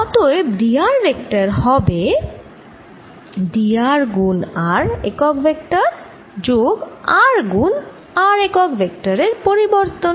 অতএব d r vector হবে d r গুণ r একক ভেক্টর যোগ r গুণ r একক ভেক্টর এর পরিবর্তন